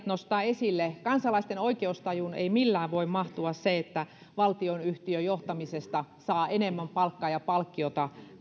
nostaa esille kansalaisten oikeustajuun ei millään voi mahtua se että valtionyhtiön johtamisesta saa enemmän palkkaa ja palkkiota